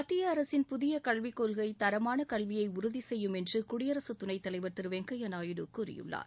மத்திய அரசின் புதிய கல்விக் கொள்கை தரமான கல்வியை உறுதி செய்யும் என்று குடியரக துணைத்தலைவர் திரு வெங்கையா நாயுடு கூறியுள்ளார்